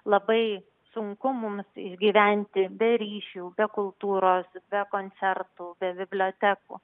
labai sunku mums išgyventi be ryšių be kultūros be koncertų be bibliotekų